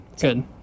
Good